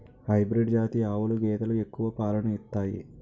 hybrid జాతి ఆవులు గేదెలు ఎక్కువ పాలను ఇత్తాయి